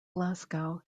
glasgow